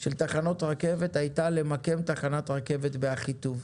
של תחנות רכבת הייתה למקם תחנת רכבת באחיטוב.